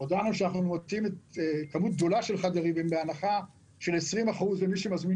הודענו שאנחנו מוציאים כמות גדולה של חדרים בהנחה של 20% למי שמזמין